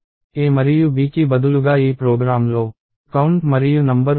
a మరియు bకి బదులుగా ఈ ప్రోగ్రామ్లో కౌంట్ మరియు నంబర్ ఉన్నాయి